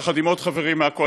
יחד עם עוד חברים מהקואליציה,